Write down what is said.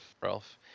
Ralph